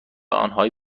آنهایی